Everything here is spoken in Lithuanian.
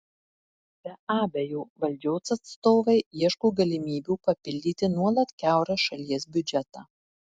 be abejo valdžios atstovai ieško galimybių papildyti nuolat kiaurą šalies biudžetą